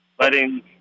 letting